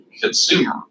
consumer